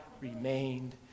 remained